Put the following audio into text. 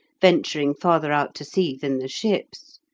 venturing farther out to sea than the ships.